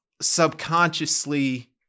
subconsciously